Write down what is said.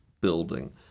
building